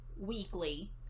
weekly